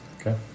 Okay